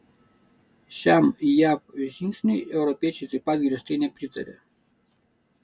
šiam jav žingsniui europiečiai taip pat griežtai nepritarė